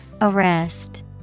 Arrest